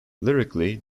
lyrically